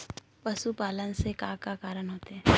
पशुपालन से का का कारण होथे?